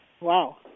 Wow